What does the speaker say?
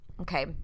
Okay